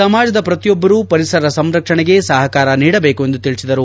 ಸಮಾಜದ ಪ್ರತಿಯೊಬ್ಬರು ಪರಿಸರ ಸಂರಕ್ಷಣೆಗೆ ಸಹಕಾರ ನೀಡಬೇಕು ಎಂದು ತಿಳಿಸಿದರು